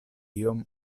iom